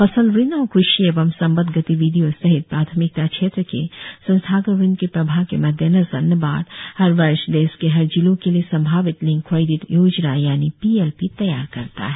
फसल ऋण और कृषि एवं संबद्ध गतिविधियों सहित प्राथमिकता क्षेत्र के संस्थागत ऋण की प्रवाह के मद्देनजर नाबार्ड हर वर्ष देश के हर जिलों के लिए संभावित लिंक क्रेडिट योजना पी एल पी तैयार करता है